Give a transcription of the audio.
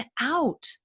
out